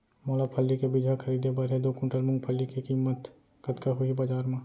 मोला फल्ली के बीजहा खरीदे बर हे दो कुंटल मूंगफली के किम्मत कतका होही बजार म?